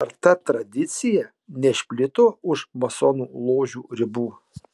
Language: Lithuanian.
ar ta tradicija neišplito už masonų ložių ribų